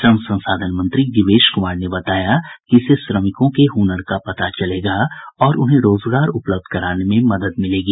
श्रम संसाधन मंत्री जीवेश कुमार ने बताया कि इससे श्रमिकों के हुनर का पता चलेगा और उन्हें रोजगार उपलब्ध कराने में मदद मिलेगी